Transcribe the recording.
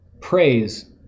praise